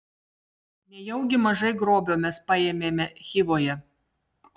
nejaugi mažai grobio mes paėmėme chivoje